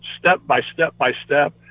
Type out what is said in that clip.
step-by-step-by-step